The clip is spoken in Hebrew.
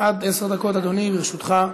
עד עשר דקות, אדוני, לרשותך.